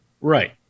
right